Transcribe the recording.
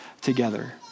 together